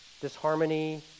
disharmony